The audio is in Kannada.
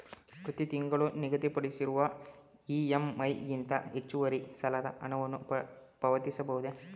ಪ್ರತಿ ತಿಂಗಳು ನಿಗದಿಪಡಿಸಿರುವ ಇ.ಎಂ.ಐ ಗಿಂತ ಹೆಚ್ಚುವರಿ ಸಾಲದ ಹಣವನ್ನು ಪಾವತಿಸಬಹುದೇ?